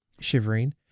shivering